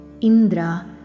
Indra